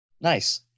Nice